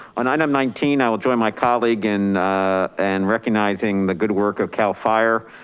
on item nineteen, i will join my colleague in and recognizing the good work of cal fire.